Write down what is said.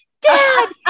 Dad